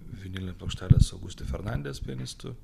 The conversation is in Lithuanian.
vinilinę plokštelę su augustu fernandes pianistu